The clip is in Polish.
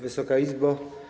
Wysoka Izbo!